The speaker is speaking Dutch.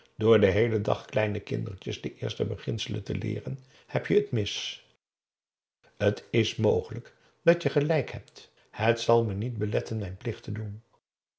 door den heelen dag kleine kindertjes de eerste beginselen te leeren heb je het mis t is mogelijk dat je gelijk hebt het zal me niet beletten mijn plicht te doen